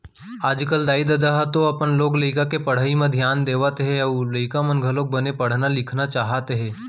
आजकल दाई ददा ह तो अपन लोग लइका के पढ़ई म धियान देवत हे अउ लइका मन घलोक बने पढ़ना लिखना चाहत हे